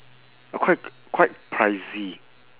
uh quite quite pricey